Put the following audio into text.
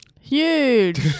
Huge